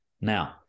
Now